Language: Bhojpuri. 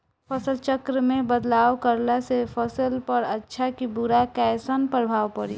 फसल चक्र मे बदलाव करला से फसल पर अच्छा की बुरा कैसन प्रभाव पड़ी?